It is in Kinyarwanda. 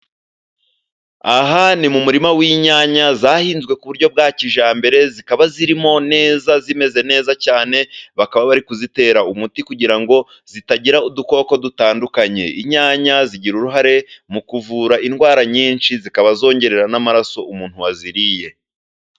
Aha ni mu murima w'inyanya zahinzwe ku buryo bwa kijyambere, zikaba zirimo neza zimeze neza cyane, bakaba bari kuzitera umuti kugira ngo zitagira udukoko dutandukanye. Inyanya zigira uruhare mu kuvura indwara nyinshi, zikaba zongerera n'amaraso umuntu waziriye.